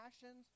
passions